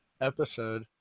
episode